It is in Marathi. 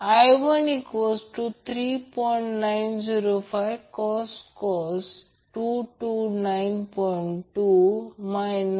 1C Im sin ωt dt याला इंटिग्रेट केल्यास ते Imω C cos ω t असेल